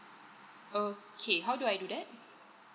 okay how do I do that